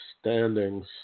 standings